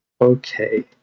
Okay